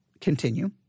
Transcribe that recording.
continue